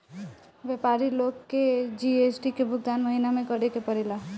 व्यापारी लोग के जी.एस.टी के भुगतान महीना में करे के पड़ेला